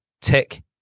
tick